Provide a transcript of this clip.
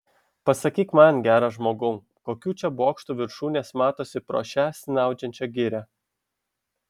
pasakyk man geras žmogau kokių čia bokštų viršūnės matosi pro šią snaudžiančią girią